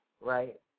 right